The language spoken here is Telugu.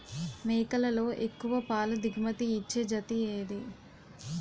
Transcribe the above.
మేకలలో ఎక్కువ పాల దిగుమతి ఇచ్చే జతి ఏది?